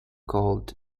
called